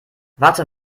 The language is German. warte